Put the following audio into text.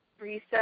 reset